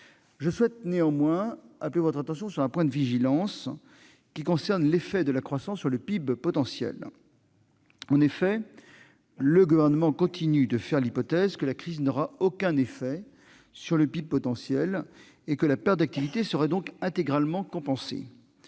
Je souhaite néanmoins appeler votre attention sur un point de vigilance qui concerne l'effet de la crise sur le PIB potentiel. En effet, le Gouvernement continue de faire l'hypothèse que la crise n'aura aucun effet sur le PIB potentiel et que la perte d'activité sera intégralement rattrapée.